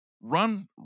Run